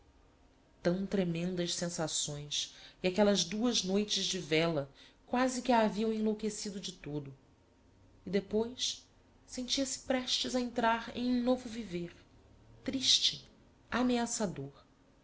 tão tremendas sensações e aquellas duas noites de véla quasi que a haviam enlouquecido de todo e depois sentia-se prestes a entrar em um novo viver triste ameaçador não